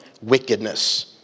wickedness